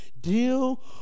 deal